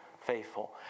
Faithful